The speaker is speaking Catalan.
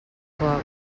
coca